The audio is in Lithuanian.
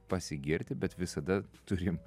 pasigirti bet visada turim